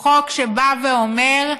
הוא חוק שבא ואומר: